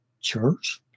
church